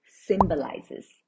symbolizes